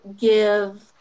give